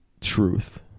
truth